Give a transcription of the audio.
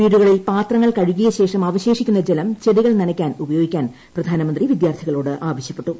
വീടുകളിൽ പാത്രങ്ങൾ കഴുകിയശേഷം അവശേഷിക്കുന്ന ജലം ചെടികൾ നനയ്ക്കാൻ ഉപയോഗിക്കാൻ പ്രധാനമന്ത്രി വിദ്യാർത്ഥികളോട് ആവശ്യപ്പെട്ടു